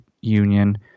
Union